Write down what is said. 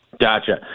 Gotcha